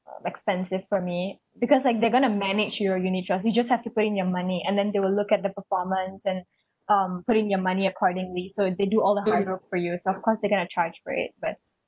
uh expensive for me because like they're going to manage your unit trust you just have to put in your money and then they will look at the performance and um put in your money accordingly so they do all the hard work for you so of course they're gonna charge for it but